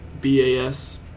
b-a-s